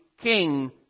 King